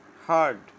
hard